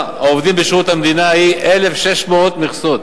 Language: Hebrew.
העובדים בשירות המדינה היא 1,600 מכסות.